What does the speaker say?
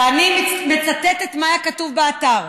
ואני מצטטת מה היה כתוב באתר: